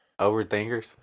overthinkers